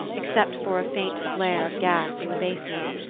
except for a faint flare of gas in the basement,